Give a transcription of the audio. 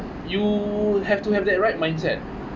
you have to have that right mindset